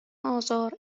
آزار